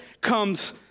comes